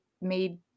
made